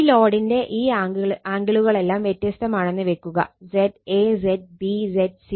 ഈ ലോഡിന്റെ ഈ ആംഗിളുകളെല്ലാം വ്യത്യസ്തമാണെന്ന് വെക്കുക ZA ZB ZC